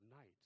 night